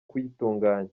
kuyitunganya